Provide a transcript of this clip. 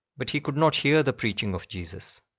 but he could not hear the preaching of jesus.